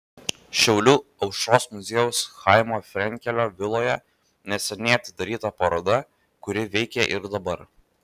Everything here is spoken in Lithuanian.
šiaulių aušros muziejaus chaimo frenkelio viloje neseniai atidaryta paroda kuri veikia ir dabar